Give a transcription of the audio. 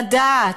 לדעת.